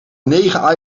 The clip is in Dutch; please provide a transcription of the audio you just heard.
negen